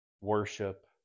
worship